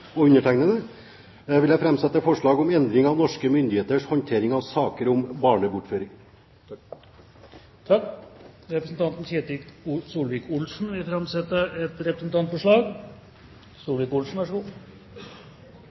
og meg selv vil jeg framsette et forslag om endring av norske myndigheters håndtering av saker om barnebortføring. Representanten Ketil Solvik-Olsen vil framsette et representantforslag.